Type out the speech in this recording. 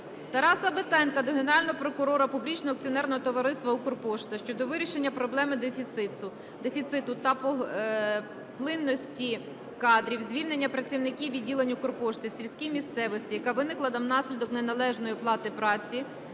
акціонерного товариства "Укрпошта" щодо вирішення проблеми дефіциту та плинності кадрів, звільнення працівників відділень "Укрпошти" в сільській місцевості, яка виникла внаслідок неналежної оплати праці